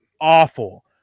awful